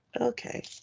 okay